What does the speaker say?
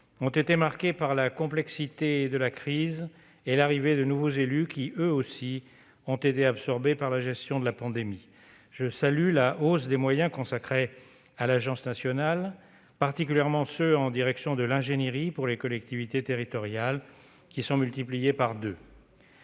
ont été marqués par la complexité de la crise et l'arrivée de nouveaux élus qui, eux aussi, ont été absorbés par la gestion de la pandémie. Je salue la hausse des moyens consacrés à l'ANCT, particulièrement les crédits destinés à l'ingénierie des collectivités territoriales, qui sont multipliés par deux.